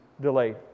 delayed